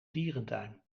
dierentuin